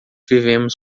vivemos